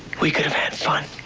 we could have had fun.